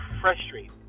frustrated